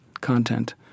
content